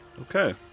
Okay